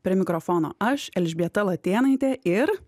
prie mikrofono aš elžbieta latėnaitė ir